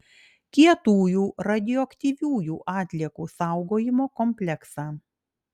kietųjų radioaktyviųjų atliekų saugojimo kompleksą